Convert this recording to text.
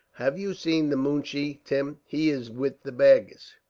have you seen the moonshee, tim? he is with the baggage.